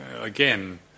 again